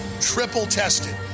triple-tested